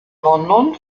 london